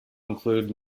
include